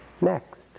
Next